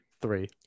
Three